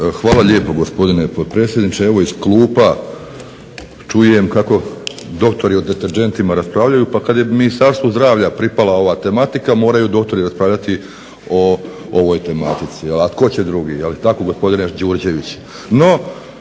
Hvala lijepo gospodine potpredsjedniče. Evo iz klupa čujem kako doktori o deterdžentima raspravljaju, pa kad je Ministarstvu zdravlja pripala ova tematika moraju doktori raspravljati o ovoj tematici. A tko će drugi? Je li tako gospodine Đurđević?